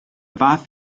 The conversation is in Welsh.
fath